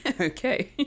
Okay